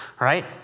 right